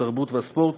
התרבות והספורט.